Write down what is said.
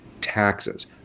taxes